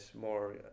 more